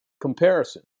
comparison